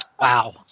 Wow